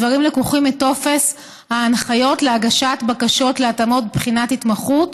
הדברים לקוחים מטופס ההנחיות להגשת בקשות להתאמות בבחינת התמחות